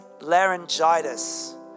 laryngitis